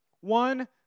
One